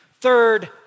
Third